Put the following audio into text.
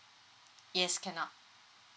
yes cannot